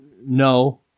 no